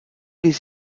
les